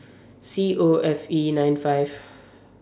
C O F E nine five